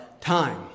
time